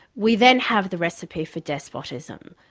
we then have the recipe for despotism.